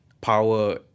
power